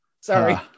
sorry